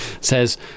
says